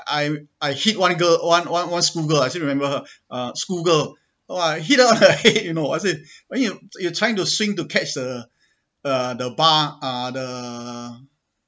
I I hit one girl one one one school girl I still remember her uh school girl !wah! I hit her on her head you know I said you you're trying to swing to catch the uh the bar ah the